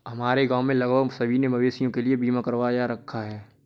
हमारे गांव में लगभग सभी ने मवेशियों के लिए बीमा करवा रखा है